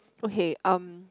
okay um